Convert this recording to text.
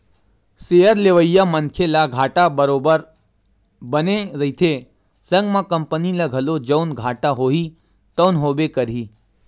share लेवइया मनखे ल घाटा बरोबर बने रहिथे संग म कंपनी ल घलो जउन घाटा होही तउन होबे करही